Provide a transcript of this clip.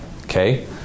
Okay